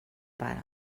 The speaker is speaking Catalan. pare